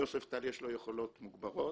ליוספטל יש יכולות מוגבלות.